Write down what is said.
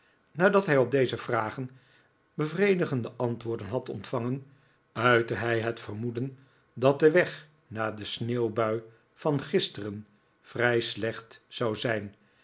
nadat hij op deze vragen bevredigende antwoorden had ontvangen uitte hij het vermoeden dat de weg na de sneeuwbui van gisteren vrij slecht zou zijn